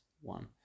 one